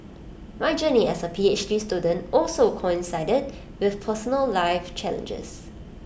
my journey as A P H D student also coincided with personal life challenges